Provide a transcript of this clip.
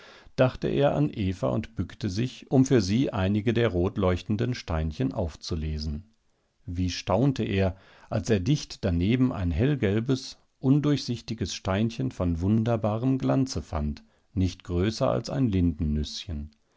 dachte er an eva und bückte sich um für sie einige der rotleuchtenden steinchen aufzulesen wie staunte er als er dicht daneben ein hellgelbes undurchsichtiges steinchen von wunderbarem glanze fand nicht größer als ein